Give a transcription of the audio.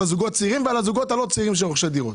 על הזוגות הצעירים ועל הזוגות הלא-צעירים של רוכשי הדירות.